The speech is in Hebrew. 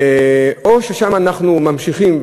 או ששם אנחנו ממשיכים,